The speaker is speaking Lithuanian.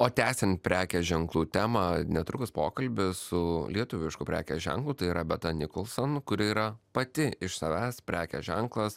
o tęsiant prekės ženklų temą netrukus pokalbis su lietuvišku prekės ženklu tai yra beata nicholson kuri yra pati iš savęs prekės ženklas